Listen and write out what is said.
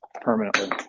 permanently